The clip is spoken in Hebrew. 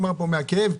דיבר פה מתוך כאב.